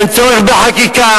אין צורך בחקיקה,